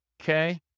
Okay